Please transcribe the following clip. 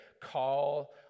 call